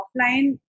offline